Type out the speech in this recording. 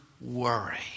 worry